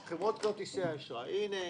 חברת כרטיסי האשראי, הנה,